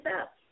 up